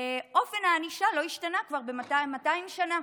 אופן הענישה לא השתנה כבר 200 שנה,